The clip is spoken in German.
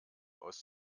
aus